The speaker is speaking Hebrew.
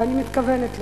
ואני מתכוונת לזה.